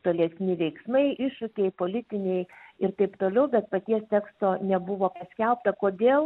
tolesni veiksmai iššūkiai politiniai ir taip toliau bet paties teksto nebuvo paskelbta kodėl